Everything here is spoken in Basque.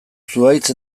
zuhaitz